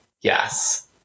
Yes